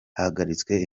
bahagaritse